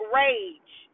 rage